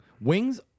Wings